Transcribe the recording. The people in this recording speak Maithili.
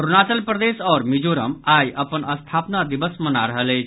अरूणाचल प्रदेश आओर मिजोरम आइ अपन स्थापना दिवस मना रहल अछि